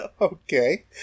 okay